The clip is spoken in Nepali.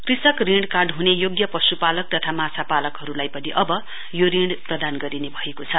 कृषक ऋण कार्ड योग्य पश्पालक तथा माछापालकहरुलाई पनि अव यो ऋण प्रदान गरिने भएको छ